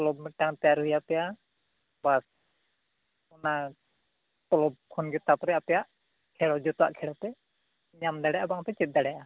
club ᱢᱤᱫᱴᱟᱝ ᱛᱮᱭᱟᱨ ᱦᱩᱭ ᱟᱯᱮᱭᱟ ᱵᱟᱥ ᱚᱱᱟ ᱠᱞᱟᱵᱽ ᱠᱷᱚᱱ ᱜᱮ ᱛᱟᱨᱯᱚᱨᱮ ᱟᱯᱮᱭᱟᱜ ᱡᱚᱛᱚᱣᱟᱜ ᱠᱷᱮᱞ ᱯᱮ ᱧᱟᱢ ᱫᱟᱲᱮᱭᱟᱜᱼᱟ ᱵᱟᱝᱯᱮ ᱪᱮᱫ ᱫᱟᱲᱮᱭᱟᱜᱼᱟ